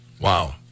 Wow